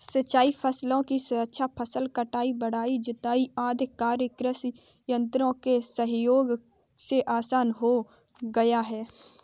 सिंचाई फसलों की सुरक्षा, फसल कटाई, मढ़ाई, ढुलाई आदि कार्य कृषि यन्त्रों के सहयोग से आसान हो गया है